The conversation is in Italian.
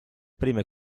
prime